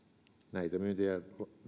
näitä myyntejä